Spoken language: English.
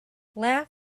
laugh